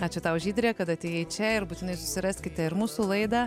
ačiū tau žydre kad atėjai čia ir būtinai susiraskite ir mūsų laidą